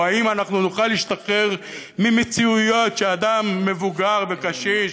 או האם אנחנו נוכל להשתחרר ממציאויות שאדם מבוגר וקשיש